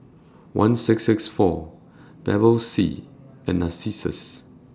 one six six four Bevy C and Narcissus